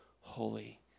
holy